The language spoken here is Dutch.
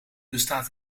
bestaat